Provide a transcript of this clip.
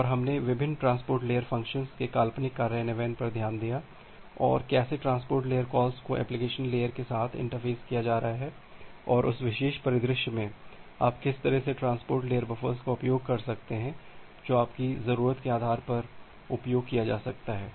और हमने विभिन्न ट्रांसपोर्ट लेयर फ़ंक्शंस के काल्पनिक कार्यान्वयन पर ध्यान दिया है और कैसे ट्रांसपोर्ट लेयर कॉल्स को एप्लिकेशन लेयर के साथ इंटरफ़ेस किया जा रहा है और उस विशेष परिदृश्य में आप किस तरह के ट्रांसपोर्ट लेयर बफ़र्स का उपयोग कर सकते हैं जो आपकी ज़रूरत के आधार पर उपयोग किया जा सकता है